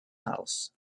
house